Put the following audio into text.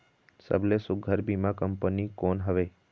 सबले सुघ्घर बीमा कंपनी कोन हवे?